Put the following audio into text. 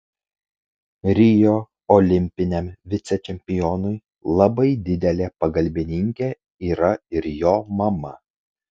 rio olimpiniam vicečempionui labai didelė pagalbininkė yra ir jo mama